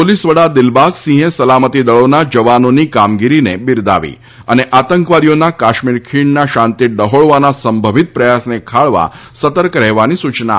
police વડા દિલબાગ સિંહે સલામતીદળોના જવાનોની કામગીરીને બિરદાવી આંતકવાદીઓના કાશ્મીર ખીણના શાંતિ ડહોળવાના સંભવિત પ્રયાસને ખાળવા સતર્ક રહેવાની સૂચના આપી છે